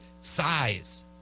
size